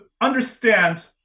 understand